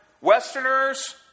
Westerners